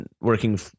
working